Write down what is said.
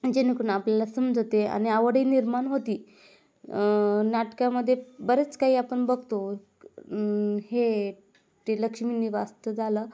जेणेकरून आपल्याला समजते आणि आवडही निर्माण होती नाटकामध्ये बरेच काही आपण बघतो हे ते लक्ष्मीनिवास तर झालं